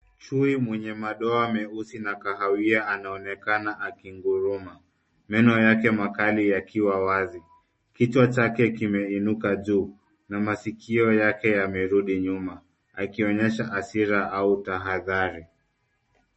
Chui mwenye madoa meusi na kahawia anaonekana akinguruma meno yake makali yakiwa wazi. Kichwa chake kimeinuka juu na masikio yake yamerudi nyuma akionyesha asira au tahadhari.